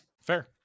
Fair